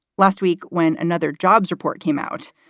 last week, when another jobs report came out,